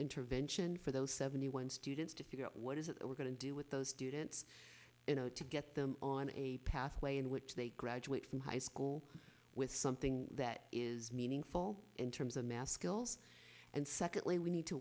intervention for those seventy one students to figure out what is it that we're going to do with those students and to get them on a pathway in which they graduate from high school with something that is meaningful in terms of math skills and secondly we need to